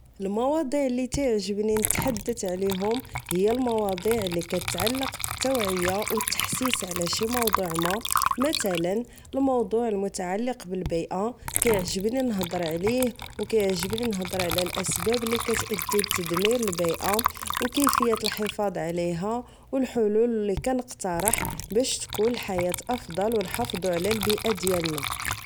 المواضيع لي تيعجبني نتحدت عليهوم هي المواضيع ليكتعلق بالتوعية أو التحسيس على شي موضوع ما متلا الموضوع المتعلق بالبيئة كيعجبني نهدر عليه أو كيعجبني نهدر على الأسباب لي كتأدي لتدمير البيئة أو كيفية الحفاظ عليها أو الحلول لي كنقترح باش تكون الحياة أفضل أو نحافضو على البيئة ديلنا